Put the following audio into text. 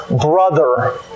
brother